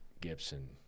Gibson